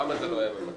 למה זה לא היה ממצה?